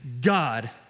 God